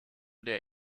der